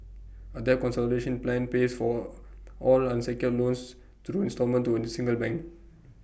A debt plan pays for all unsecured loans through instalment to A single bank